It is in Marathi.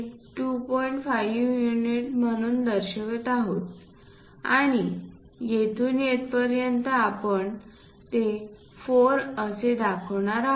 5 युनिट म्हणून दर्शवित आहोत आणि येथून येथपर्यंत आपण ते 4 असे दाखवणार आहोत